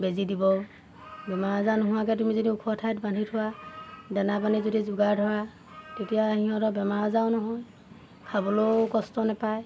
বেজি দিব বেমাৰ আজাৰ নোহোৱাকে তুমি যদি ওখ ঠাইত বান্ধি থোৱা দানা পানী যদি যোগাৰ ধৰা তেতিয়া সিহঁতৰ বেমাৰ আজাৰো নহয় খাবলেও কষ্ট নেপায়